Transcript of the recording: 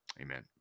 Amen